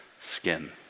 skin